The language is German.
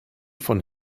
von